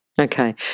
Okay